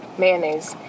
mayonnaise